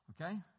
Okay